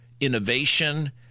innovation